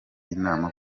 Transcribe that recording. inama